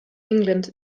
england